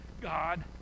God